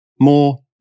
more